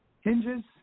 hinges